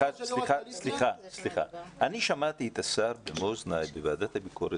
אני שמעתי את השר במו אוזניי בוועדת הביקורת